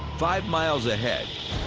five miles ahead,